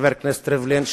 חבר הכנסת ריבלין,